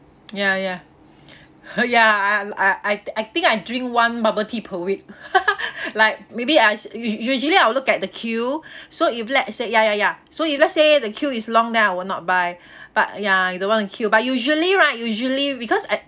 ya ya yeah I I I think I drink one bubble tea per week like maybe I u~ usually I will look at the queue so if let's say ya ya ya so if let's say the queue is long then I will not buy but ya the long queue but usually right usually because at